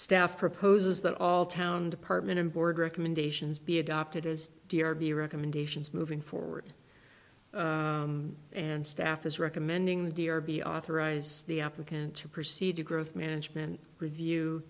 staff proposes that all town department and board recommendations be adopted as the recommendations moving forward and staff is recommending the d r be authorize the applicant to proceed to growth management review